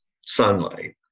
sunlight